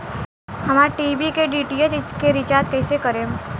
हमार टी.वी के डी.टी.एच के रीचार्ज कईसे करेम?